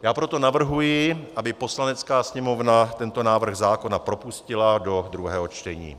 Já proto navrhuji, aby Poslanecká sněmovna tento návrh propustila do druhého čtení.